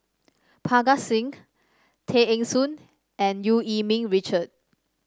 Parga Singh Tay Eng Soon and Eu Yee Ming Richard